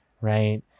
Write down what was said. right